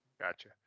Gotcha